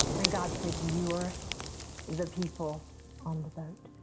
in god said you are the people on the boat.